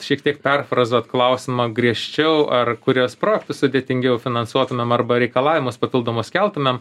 šiek tiek perfrazuot klausimą griežčiau ar kuriuos projektus sudėtingiau finansuotumėm arba reikalavimus papildomus keltumėm